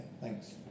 Thanks